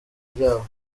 byabo